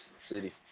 city